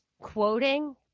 quoting